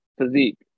physique